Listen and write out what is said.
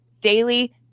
daily